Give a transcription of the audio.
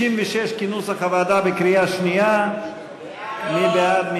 96 כנוסח הוועדה בקריאה שנייה, מי בעד?